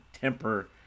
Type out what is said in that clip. temper